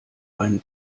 einen